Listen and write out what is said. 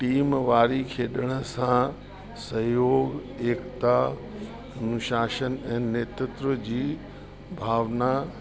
team वारी खेॾण सां सहयोगु एकता अनुशासन ऐं नेतृत्व जी भावना